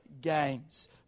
Games